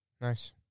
Nice